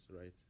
right